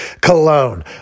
cologne